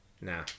nah